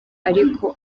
ariko